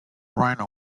rhino